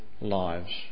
lives